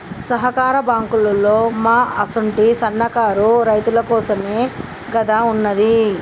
సహకార బాంకులోల్లు మా అసుంటి సన్నకారు రైతులకోసమేగదా ఉన్నది